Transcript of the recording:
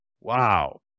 Wow